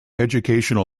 education